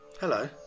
Hello